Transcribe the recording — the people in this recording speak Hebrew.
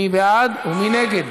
מי בעד ומי נגד?